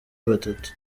batatu